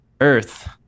Earth